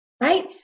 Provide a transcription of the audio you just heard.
right